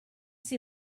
see